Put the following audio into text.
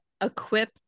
equip